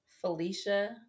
Felicia